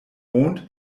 mond